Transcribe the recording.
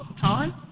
time